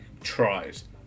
tries